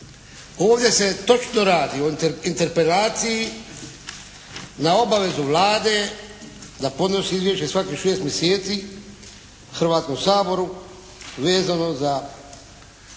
Ovdje se točno radi u Interpelaciji na obavezu Vlade da podnosi izvješće svakih 6 mjeseci Hrvatskom saboru vezano za